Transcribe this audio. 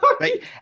Right